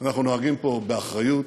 אנחנו נוהגים פה באחריות.